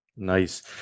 Nice